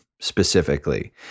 specifically